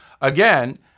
Again